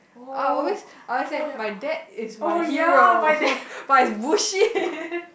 I'll always I always say my dad is my hero but it's bullshit